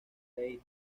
rey